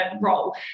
role